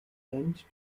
band